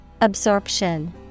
Absorption